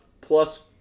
plus